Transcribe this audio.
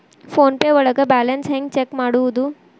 Phone pay ಒಳಗ balance ಹೆಂಗ್ check ಮಾಡುವುದು?